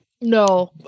No